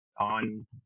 on